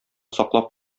саклап